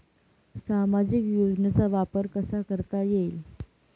सामाजिक योजनेचा वापर कसा करता येईल?